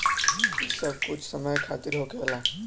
ई बस कुछ समय खातिर होखेला